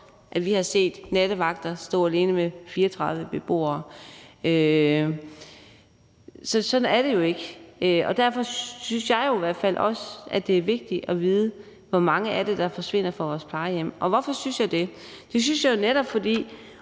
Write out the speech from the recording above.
for vi har set nattevagter stå alene med 34 beboere. Derfor synes jeg jo også, det er vigtigt at vide, hvor mange der forsvinder fra vores plejehjem. Og hvorfor synes jeg det? Det synes jeg jo netop, i